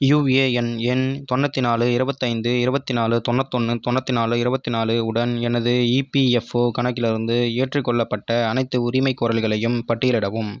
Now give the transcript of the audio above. UAN எண் தொண்ணூற்றி நாலு இருபத்தி ஐந்து இருபத்தி நாலு தொண்ணூற்றி ஒன்று தொண்ணூற்றி நாலு இருபத்தி நாலு உடன் எனது இபிஎஃப்ஓ கணக்கிலிருந்து ஏற்றுக்கொள்ளப்பட்ட அனைத்து உரிமைகோரல்களையும் பட்டியலிடவும்